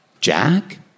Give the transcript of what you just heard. Jack